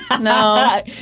no